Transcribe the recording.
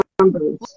numbers